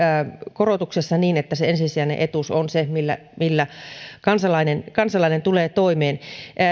korotuksessa niin että se ensisijainen etuus on se millä millä kansalainen kansalainen tulee toimeen